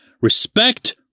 Respect